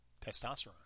testosterone